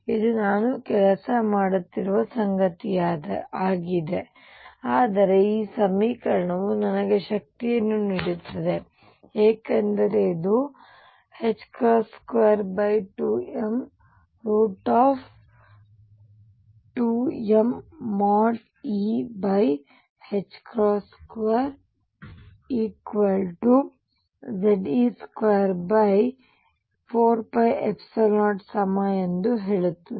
ಇದು ನಾವು ಕೆಲಸ ಮಾಡುತ್ತಿರುವ ಸಂಗತಿಯಾಗಿದೆ ಆದರೆ ಈ ಸಮೀಕರಣವು ನನಗೆ ಶಕ್ತಿಯನ್ನು ನೀಡುತ್ತದೆ ಏಕೆಂದರೆ ಇದು 2m2mE2 Ze24π0 ಸಮ ಎಂದು ಹೇಳುತ್ತದೆ